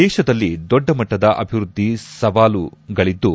ದೇಶದಲ್ಲಿ ದೊಡ್ಡ ಮಟ್ಟದ ಅಭಿವೃದ್ಧಿ ಸವಾಲುಗಳಿದ್ದು